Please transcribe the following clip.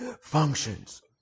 functions